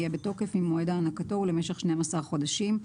יהיה בתוקף ממועד הענקתו ולמשך שנים עשר חודשים.